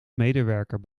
medewerker